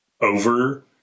over